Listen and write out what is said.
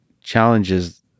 challenges